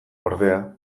ordea